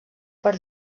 per